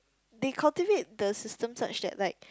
they cultivate the system such that like